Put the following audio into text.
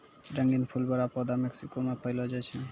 रंगीन फूल बड़ा पौधा मेक्सिको मे पैलो जाय छै